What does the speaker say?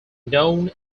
known